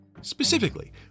Specifically